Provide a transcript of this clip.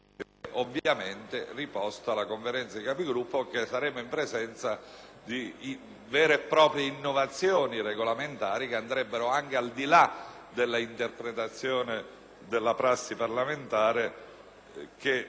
ovviamente riproposta alla Conferenza dei Capigruppo perché saremmo in presenza di vere e proprie innovazioni regolamentari che andrebbero anche al di là dell'interpretazione della prassi parlamentare